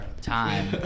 Time